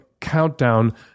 Countdown